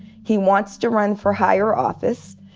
he wants to run for higher office.